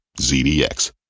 ZDX